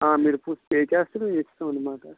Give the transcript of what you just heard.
అది ఆ మీరు ఫస్ట్ పే చేస్తే మేము ఇస్తాం అన్నమాట